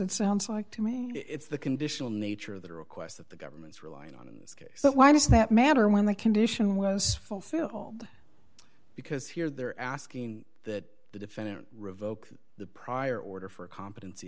and sounds like to me it's the conditional nature of the requests that the government's relying on in this case so why does that matter when the condition was fulfilled because here they're asking that the defendant revoke the prior order for a competency